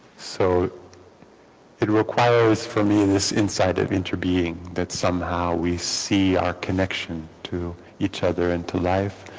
so it requires for me and this inside of interbeing that somehow we see our connection to each other into life